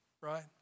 right